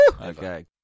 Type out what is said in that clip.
Okay